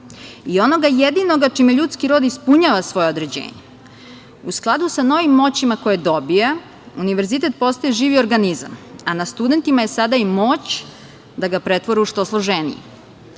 i onoga jedinog čime ljudski rod ispunjava svoja određenja. U skladu sa novim moćima koje dobija, univerzitet postaje živi organizam, a na studentima je sada moć da ga pretvore u što složeniji. Što